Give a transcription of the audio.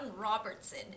Robertson